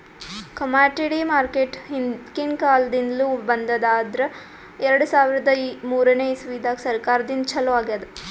commodity market ಹಿಂದ್ಕಿನ್ ಕಾಲದಿಂದ್ಲು ಬಂದದ್ ಆದ್ರ್ ಎರಡ ಸಾವಿರದ್ ಮೂರನೇ ಇಸ್ವಿದಾಗ್ ಸರ್ಕಾರದಿಂದ ಛಲೋ ಆಗ್ಯಾದ್